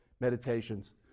meditations